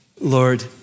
Lord